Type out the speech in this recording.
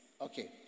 Okay